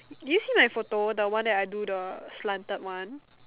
did you see my photo the one that I do the slanted one